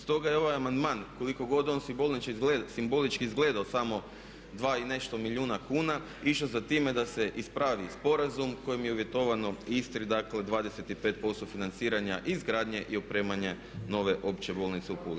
Stoga je ovaj amandman koliko god on simbolično izgledao samo 2 i nešto milijuna kuna išao za time da se ispravi sporazum kojim je uvjetovano Istri dakle 25% financiranja, izgradnje i opremanja nove Opće bolnice u Puli.